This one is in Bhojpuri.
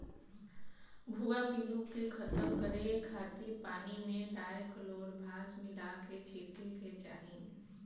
भुआ पिल्लू के खतम करे खातिर पानी में डायकलोरभास मिला के छिड़के के चाही